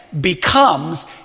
becomes